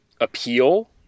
appeal